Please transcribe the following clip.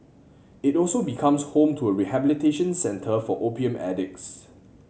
it also becomes home to a rehabilitation centre for opium addicts